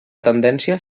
tendència